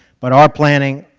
but our planning,